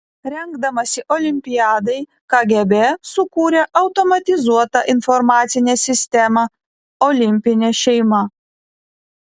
rengdamasi olimpiadai kgb sukūrė automatizuotą informacinę sistemą olimpinė šeima